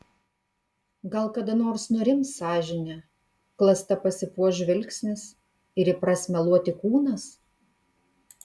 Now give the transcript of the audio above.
gal kada nors nurims sąžinė klasta pasipuoš žvilgsnis ir įpras meluoti kūnas